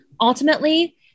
ultimately